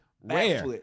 rare